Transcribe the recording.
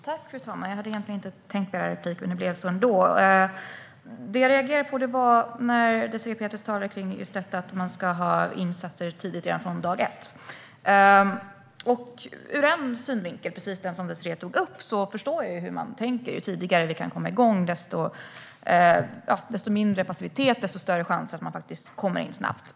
Fru talman! Jag hade egentligen inte tänkt att begära replik, men jag gjorde det ändå. Jag reagerade på när Désirée Pethrus sa att man ska ha insatser tidigt, redan från dag ett. Ur den synvinkel som Désirée Pethrus tog upp förstår jag hur ni tänker. Ju tidigare man kan komma igång, desto mindre passivitet, desto större chans att man kommer in snabbt.